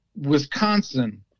Wisconsin